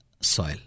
soil